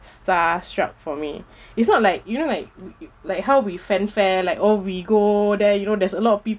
star-struck for me it's not like you know like like how we fanfare like all we go there you know there's a lot of